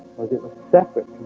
was it was separate